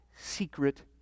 Secret